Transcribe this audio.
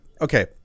Okay